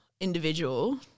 individual